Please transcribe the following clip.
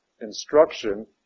instruction